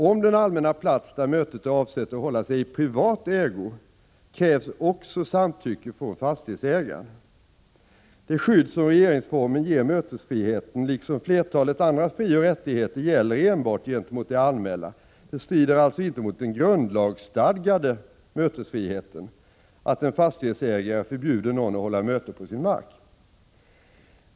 Om den allmänna plats där mötet är avsett att hållas är i privat ägo, krävs också samtycke från fastighetsägaren. Det skydd som regeringsformen ger mötesfriheten liksom flertalet andra frioch rättigheter gäller enbart gentemot det allmänna. Det strider alltså inte mot den grundlagsstadgade mötesfriheten att en fastighetsägare förbjuder någon att hålla ett möte på sin mark.